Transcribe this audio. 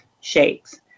shakes